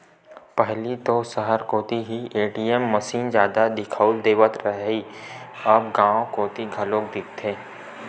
पहिली तो सहर कोती ही ए.टी.एम मसीन जादा दिखउल देवत रहय अब गांव कोती घलोक दिखथे